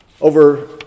Over